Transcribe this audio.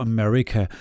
America